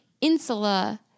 insula